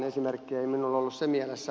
ei minulla ollut se mielessä